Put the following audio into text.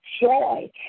joy